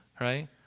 right